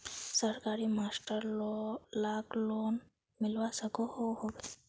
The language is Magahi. सरकारी मास्टर लाक लोन मिलवा सकोहो होबे?